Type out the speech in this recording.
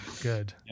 Good